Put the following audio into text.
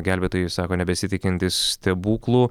gelbėtojai sako nebesitikintys stebuklų